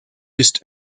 ist